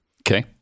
Okay